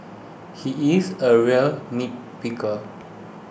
he is a real nitpicker